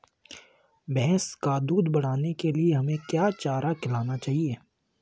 भैंस का दूध बढ़ाने के लिए हमें क्या चारा खिलाना चाहिए?